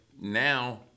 now